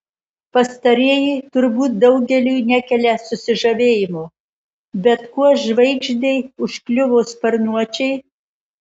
pastarieji turbūt daugeliui nekelia susižavėjimo bet kuo žvaigždei užkliuvo sparnuočiai